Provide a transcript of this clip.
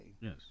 Yes